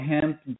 Hemp